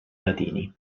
latini